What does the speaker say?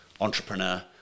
Entrepreneur